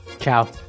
Ciao